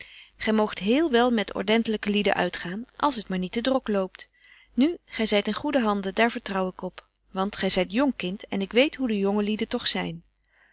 gy moogt héél wél met ordentelyke lieden uitgaan als het maar niet te drok loopt nu gy zyt in goede handen daar vertrouw ik op want gy zyt jong kind en ik weet hoe de jonge lieden toch zyn